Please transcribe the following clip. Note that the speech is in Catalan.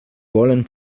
volen